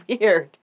weird